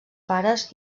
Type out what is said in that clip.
pares